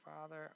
Father